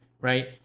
right